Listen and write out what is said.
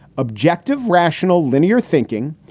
objective, rational, linear thinking,